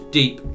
deep